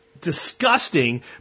disgusting